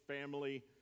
family